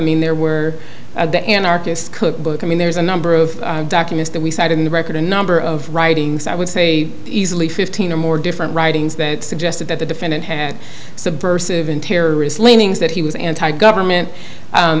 mean there were an artist cookbook i mean there's a number of documents that we cite in the record a number of writings i would say easily fifteen or more different writings that suggested that the defendant had subversive and terrorist leanings that he was anti government